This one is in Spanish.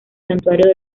santuario